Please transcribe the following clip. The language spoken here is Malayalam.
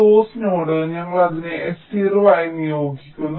സോഴ്സ് നോഡ് ഞങ്ങൾ അതിനെ s0 ആയി നിയോഗിക്കുന്നു